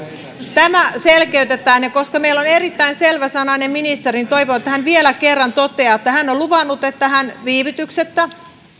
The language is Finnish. tätä selkeytetään ja koska meillä on erittäin selväsanainen ministeri toivon että hän vielä kerran toteaa että hän on luvannut että hän viivytyksettä